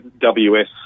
WS